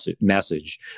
message